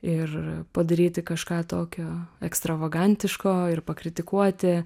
ir padaryti kažką tokio ekstravagantiško ir pakritikuoti